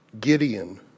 Gideon